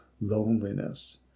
loneliness